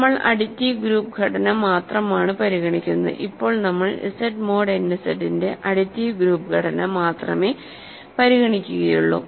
നമ്മൾ additive group ഘടന മാത്രമാണ് പരിഗണിക്കുന്നത് ഇപ്പോൾ നമ്മൾ Z മോഡ് n Z ന്റെ അഡിറ്റീവ് ഗ്രൂപ്പ് ഘടന മാത്രമേ പരിഗണിക്കുകയുള്ളൂ